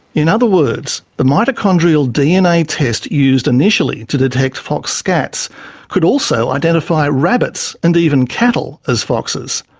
in other words, the mitochondrial dna test used initially to detect fox scats could also identify rabbits and even cattle as foxes.